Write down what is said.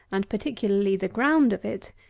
and particularly the ground of it,